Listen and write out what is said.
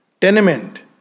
tenement